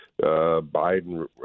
Biden